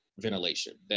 ventilation